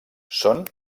són